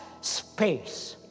space